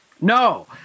No